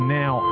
now